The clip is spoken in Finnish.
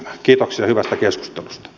kiitoksia hyvästä keskustelusta